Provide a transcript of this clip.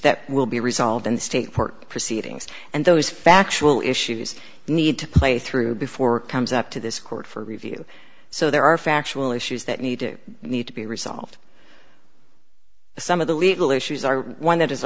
that will be resolved in the state court proceedings and those factual issues need to play through before it comes up to this court for review so there are factual issues that need to need to be resolved some of the legal issues are one that has